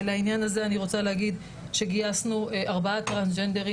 לעניין הזה אני רוצה להגיד שגייסנו ארבעה טרנסג'נדרים